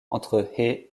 entre